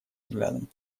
взглядом